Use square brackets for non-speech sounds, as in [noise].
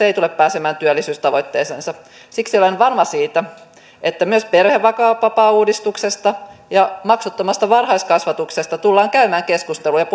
[unintelligible] ei tule pääsemään työllisyystavoitteeseensa siksi olen varma siitä että myös perhevapaauudistuksesta ja maksuttomasta varhaiskasvatuksesta tullaan käymään keskusteluja [unintelligible]